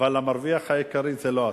אבל המרוויח העיקרי הוא לא אתה,